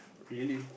really